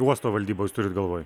uosto valdybą jūs turit galvoj